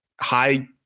high